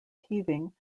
teething